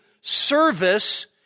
service